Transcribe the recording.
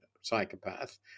psychopath